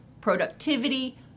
productivity